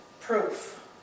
proof